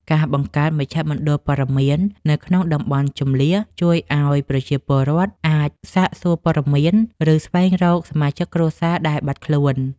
ការបង្កើតមជ្ឈមណ្ឌលព័ត៌មាននៅក្នុងតំបន់ជម្លៀសជួយឱ្យប្រជាពលរដ្ឋអាចសាកសួរព័ត៌មាន ឬស្វែងរកសមាជិកគ្រួសារដែលបាត់ខ្លួន។